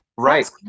Right